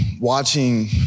Watching